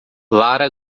lara